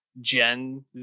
Gen